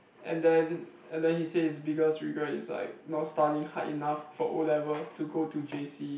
and then and then he say his biggest regret is like not studying hard enough for O level to go to j_c